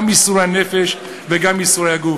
גם ייסורי הנפש וגם ייסורי הגוף.